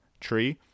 tree